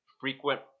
frequent